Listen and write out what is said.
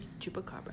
chupacabra